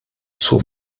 zur